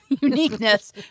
uniqueness